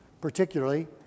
particularly